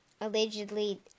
allegedly